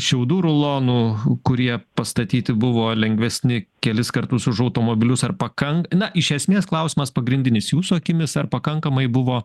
šiaudų rulonų kurie pastatyti buvo lengvesni kelis kartus už automobilius ar pakan na iš esmės klausimas pagrindinis jūsų akimis ar pakankamai buvo